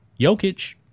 Jokic